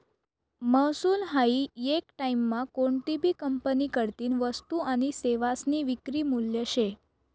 महसूल हायी येक टाईममा कोनतीभी कंपनीकडतीन वस्तू आनी सेवासनी विक्री मूल्य शे